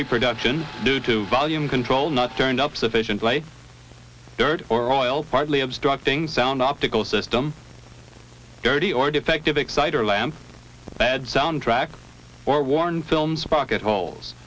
reproduction due to volume control not turned up sufficiently dirt or oil partly obstructing sound optical system dirty or defective exciter lamp bad soundtrack or worn film sprocket holes